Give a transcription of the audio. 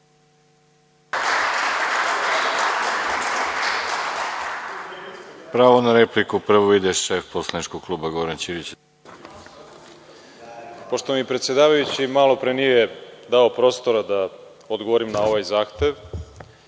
Pravo na repliku prvo ima šef poslaničkog kluba Goran Ćirić. **Goran Ćirić** Pošto mi predsedavajući malo pre nije do prostora da odgovorim na ovaj zahtev